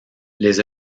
les